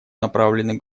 направлены